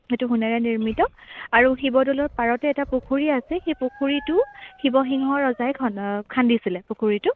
সেইটো সোণেৰে নিৰ্মিত আৰু শিৱদ'লৰ পাৰতে এটা পুখুৰী আছে সেই পুখুৰীটো শিৱসিংহ ৰজাই খন্দা খান্দিছিলে পুখুৰীটো